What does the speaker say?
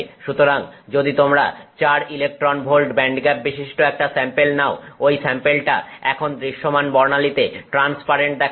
সুতরাং যদি তোমরা 4 ইলেকট্রন ভোল্ট ব্যান্ডগ্যাপবিশিষ্ট একটা স্যাম্পেল নাও ঐ স্যাম্পেলটা এখন দৃশ্যমান বর্ণালীতে ট্রান্সপারেন্ট দেখাবে